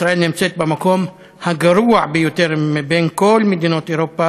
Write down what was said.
ישראל נמצאת במקום הגרוע ביותר מבין כל מדינות אירופה